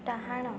ଡାହାଣ